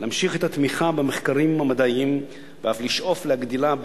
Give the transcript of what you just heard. להמשיך את התמיכה במחקרים המדעיים ואף לשאוף להגדילה,